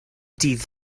dydd